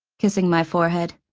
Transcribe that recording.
kissing my forehead.